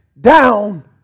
down